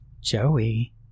Joey